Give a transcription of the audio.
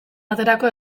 baterako